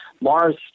Mars